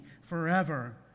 forever